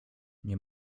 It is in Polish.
nie